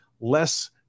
less